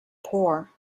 poor